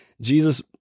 Jesus